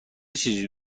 چیزی